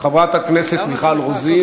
חברת הכנסת מיכל רוזין,